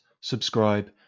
subscribe